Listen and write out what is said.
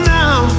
now